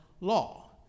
law